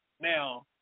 Now